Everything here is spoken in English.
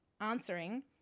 answering